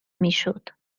میشد